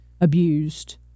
abused